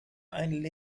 ein